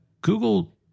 Google